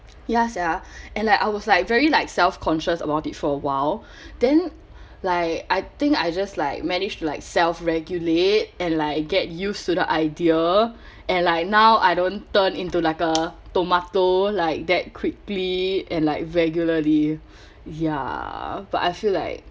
ya sia and like I was like very like self conscious about it for a while then like I think I just like managed to like self regulate and like get used to the idea and like now I don't turn into like a tomato like that quickly and like regularly ya but I feel like